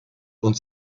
uns